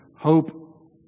hope